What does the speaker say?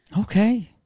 Okay